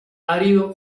árido